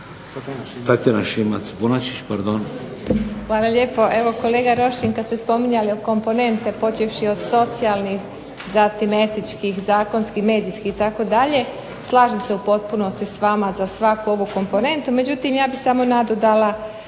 pardon. **Šimac Bonačić, Tatjana (SDP)** Hvala lijepo. Evo kolega Rošin kad ste spominjali komponente počevši od socijalnih, zatim etičkih, zakonskih, medijskih itd. slažem se u potpunosti s vama za svaku ovu komponentu, međutim ja bih samo nadodala